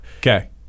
okay